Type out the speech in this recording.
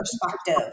perspective